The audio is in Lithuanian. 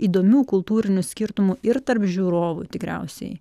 įdomių kultūrinių skirtumų ir tarp žiūrovų tikriausiai